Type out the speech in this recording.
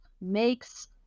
makes